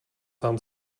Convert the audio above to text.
sám